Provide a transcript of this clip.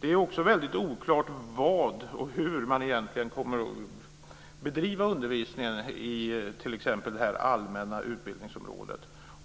Det är också väldig oklart hur man egentligen kommer att bedriva undervisningen på t.ex. det allmänna utbildningsområdet.